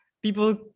people